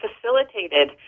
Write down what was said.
facilitated